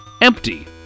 Empty